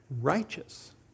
righteous